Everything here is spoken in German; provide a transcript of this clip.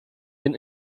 den